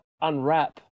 unwrap